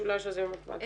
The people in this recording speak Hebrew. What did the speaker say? יש לי עוד כמה דברים.